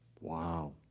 Wow